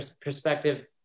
perspective